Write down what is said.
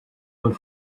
went